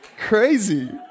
crazy